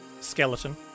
Skeleton